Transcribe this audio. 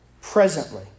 Presently